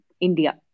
India